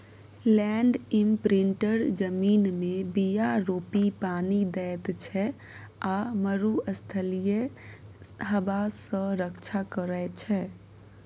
land imprinter जमीनमे बीया रोपि पानि दैत छै आ मरुस्थलीय हबा सँ रक्षा करै छै